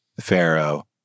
Pharaoh